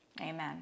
Amen